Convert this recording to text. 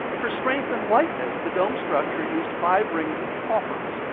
for strength and lightness, the dome structure used five rings of coffers,